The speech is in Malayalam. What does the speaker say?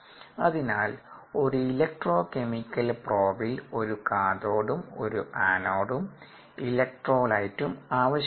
അതിനാൽ ഒരു ഇലക്ട്രോ കെമിക്കൽ പ്രോബ്ൽ ഒരു കാഥോഡും ഒരു ആനോഡും ഇലക്ട്രോലൈറ്റും ആവശ്യമാണ്